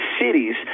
cities